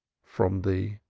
from thee.